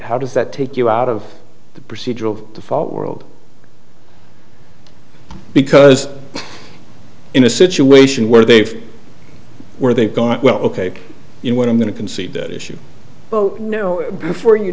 how does that take you out of the procedural default world because in a situation where they've where they've gone well ok you know what i'm going to concede that issue well you know before you